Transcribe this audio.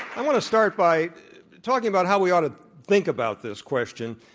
i want to start by talking about how we ought to think about this question.